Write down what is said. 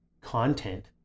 content